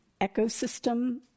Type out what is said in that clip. ecosystem